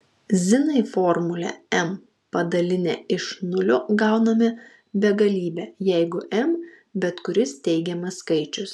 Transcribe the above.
zinai formulę m padalinę iš nulio gauname begalybę jeigu m bet kuris teigiamas skaičius